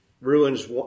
ruins